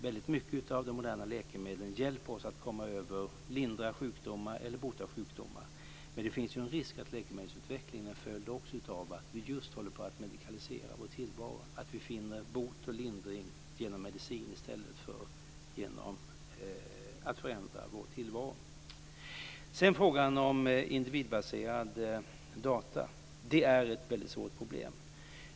Väldigt många av de moderna läkemedlen hjälper oss att komma över, lindra eller bota sjukdomar. Men det finns ju en risk att läkemedelsutvecklingen också är en följd av att vi just håller på att medikalisera vår tillvaro, att vi finner bot och lindring genom medicin i stället för genom att förändra vår tillvaro. Sedan var det frågan om individbaserad data. Det är ett svårt problem.